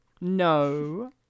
No